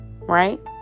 Right